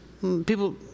People